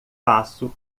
passo